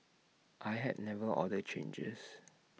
I have never ordered changes